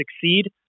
succeed